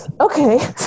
okay